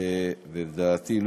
לדעתי,